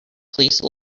please